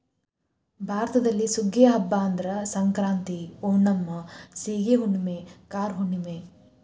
ಭಾರತದಲ್ಲಿ ಸುಗ್ಗಿಯ ಹಬ್ಬಾ ಅಂದ್ರ ಸಂಕ್ರಾಂತಿ, ಓಣಂ, ಸೇಗಿ ಹುಣ್ಣುಮೆ, ಕಾರ ಹುಣ್ಣುಮೆ